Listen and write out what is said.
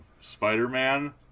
Spider-Man